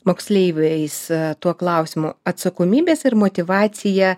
moksleiviais tuo klausimu atsakomybės ir motyvacija